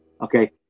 okay